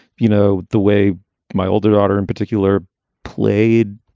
you know, the way my older daughter in particular played,